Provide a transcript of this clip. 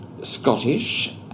Scottish